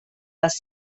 les